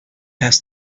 has